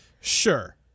Sure